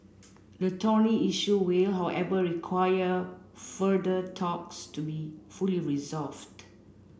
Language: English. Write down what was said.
the thorny issue will however require further talks to be fully resolved